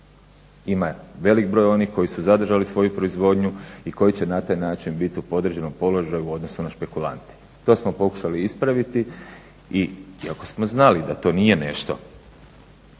Ima velik broj onih koji su zadržali svoju proizvodnju i koji će na taj način biti u podređenom položaju u odnosu na špekulante. To smo pokušali ispraviti, iako smo znali da to nije nešto